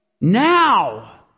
Now